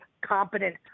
competent